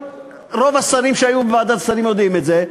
רוב השרים שהיו בוועדת שרים יודעים את זה,